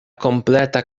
kompleta